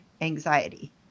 anxiety